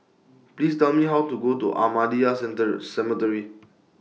Please Tell Me How to Go to Ahmadiyya Center Cemetery